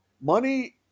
money